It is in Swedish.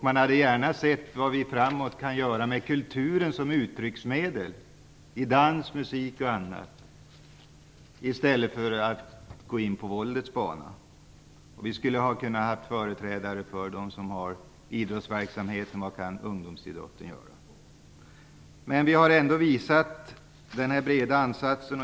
Man hade gärna sett vad vi framgent kan göra med kulturen som uttrycksmedel i dans, musik m.m. i stället för att gå in på våldets bana. Vi skulle ha kunnat ha med företrädare för idrottsverksamhet och ungdomsidrott. Men vi har ändå visat en bred ansats.